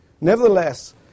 Nevertheless